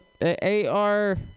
AR